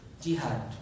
jihad